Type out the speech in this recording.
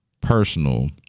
personal